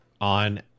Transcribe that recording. on